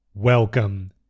Welcome